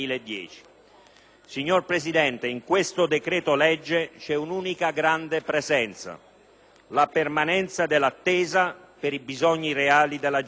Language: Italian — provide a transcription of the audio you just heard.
Signor Presidente, in questo decreto-legge c'è un'unica grande presenza: la permanenza dell'attesa per i bisogni reali della gente.